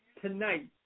tonight